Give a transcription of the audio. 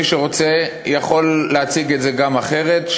מי שרוצה יכול להציג את זה גם אחרת,